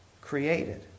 created